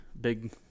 big